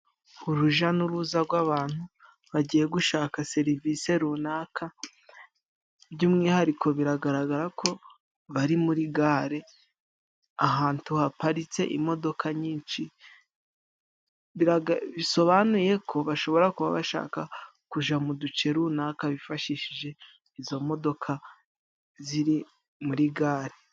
Urujya n'uruza rw'abantu bagiye gushaka serivisi runaka, by'umwihariko biragaragara ko bari muri gare ahantu haparitse imodoka nyinshi. Bisobanuye ko bashobora kuba bashaka kuja mu duce runaka, bifashishije izo modoka ziri muri gare.